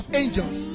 angels